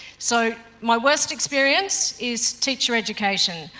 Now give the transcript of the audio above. so, my worst experience is teacher education.